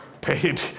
paid